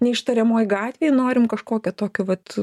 neištariamoj gatvėj norim kažkokio tokio vat